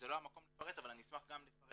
זה לא המקום לפרט אבל אני אשמח גם לפרט